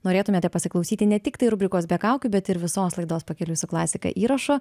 norėtumėte pasiklausyti ne tik tai rubrikos be kaukių bet ir visos laidos pakeliui su klasika įrašo